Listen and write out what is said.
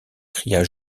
cria